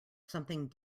something